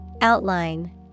Outline